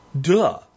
Duh